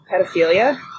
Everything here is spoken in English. pedophilia